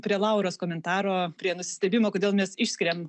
prie lauros komentaro prie nusistebimo kodėl mes išskiriam